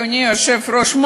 אדוני היושב-ראש,